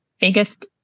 biggest